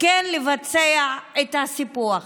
כן לבצע את הסיפוח.